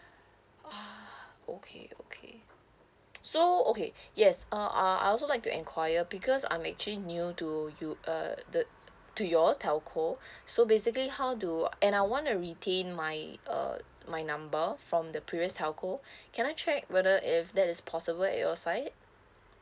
ah okay okay so okay yes ah I also like to enquire because I'm actually new to you uh the to your telco so basically how do and I want to retain my uh my number from the previous telco can I check whether if that is possible at your side